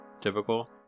typical